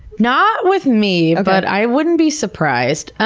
not with me, but i wouldn't be surprised.